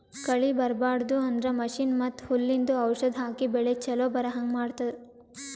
ಕಳಿ ಬರ್ಬಾಡದು ಅಂದ್ರ ಮಷೀನ್ ಮತ್ತ್ ಹುಲ್ಲಿಂದು ಔಷಧ್ ಹಾಕಿ ಬೆಳಿ ಚೊಲೋ ಬರಹಂಗ್ ಮಾಡತ್ತರ್